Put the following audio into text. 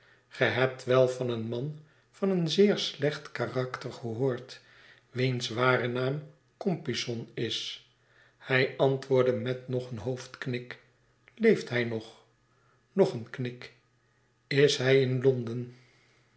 ge hebt wel van een man van zeer slecht karakter gehoord wiens ware naam compeyson is hij antwoordde met nog een hoofdknik leefthijnog nog een knik is hij in londen